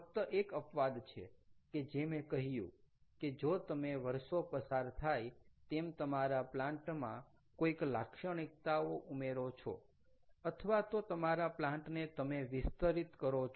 ફક્ત એક અપવાદ છે કે જે મે કહ્યું કે જો તમે વર્ષો પસાર થાય તેમ તમારા પ્લાન્ટ માં કોઈક લાક્ષણિકતાઓ ઉમેરો છો અથવા તો તમારા પ્લાન્ટ ને તમે વિસ્તરીત કરો છો